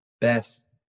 best